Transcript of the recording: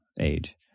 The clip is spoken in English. age